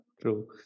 true